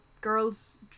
girls